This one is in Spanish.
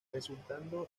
resultando